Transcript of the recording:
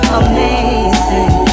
amazing